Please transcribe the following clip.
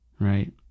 Right